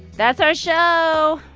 that's our show.